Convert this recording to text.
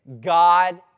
God